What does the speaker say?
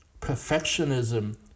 perfectionism